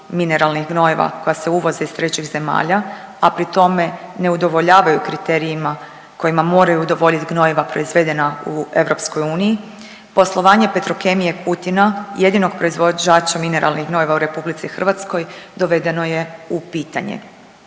mineralnih gnojiva koja se uvoze iz trećih zemalja, a pri tome ne udovoljavaju kriterijima kojima moraju udovoljiti gnojiva proizvedena u EU, poslovanje Petrokemije Kutina, jedinog proizvođača mineralnih gnojiva u RH dovedeno je u pitanje.